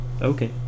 Okay